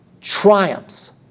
triumphs